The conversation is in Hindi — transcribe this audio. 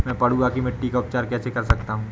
मैं पडुआ की मिट्टी का उपचार कैसे कर सकता हूँ?